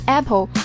Apple